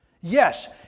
Yes